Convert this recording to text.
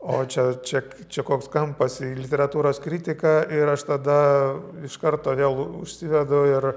o čia čia čia koks kampas į literatūros kritiką ir aš tada iš karto vėl užsivedu ir